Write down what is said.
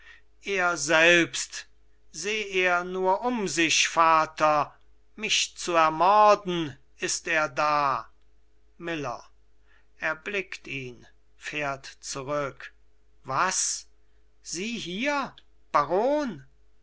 er selbst seh er nur um sich vater mich zu ermorden ist er da miller erblickt ihn fährt zurück was sie hier baron